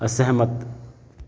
ਅਸਹਿਮਤ